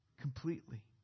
completely